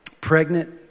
pregnant